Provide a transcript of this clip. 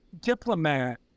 diplomat